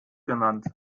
genannt